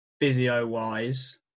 physio-wise